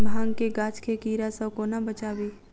भांग केँ गाछ केँ कीड़ा सऽ कोना बचाबी?